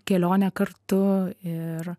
kelionę kartu ir